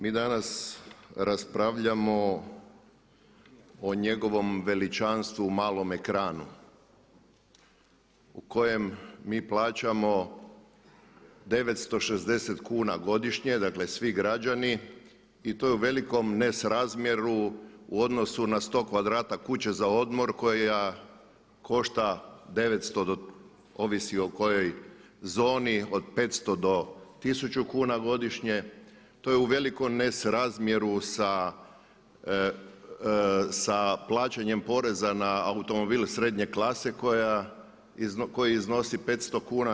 Mi danas raspravljamo o njegovom veličanstvu malom ekranu u kojem mi plaćamo 960kuna godišnje, dakle svi građani i to je u velikom nesrazmjeru u odnosu na 100 kvadrata kuće za odmor koja košta 900 do ovisi o kojoj zoni od 500 do tisuću kuna godišnje, to je u velikom nesrazmjeru sa plaćanjem poreza na automobil srednje klase koji iznosi 500 kuna.